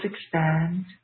expand